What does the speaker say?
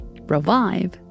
revive